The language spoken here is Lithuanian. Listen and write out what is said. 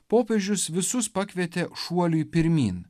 popiežius visus pakvietė šuoliui pirmyn